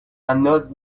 انداز